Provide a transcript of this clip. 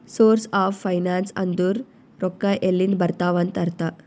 source of finance ಅಂದುರ್ ರೊಕ್ಕಾ ಎಲ್ಲಿಂದ್ ಬರ್ತಾವ್ ಅಂತ್ ಅರ್ಥ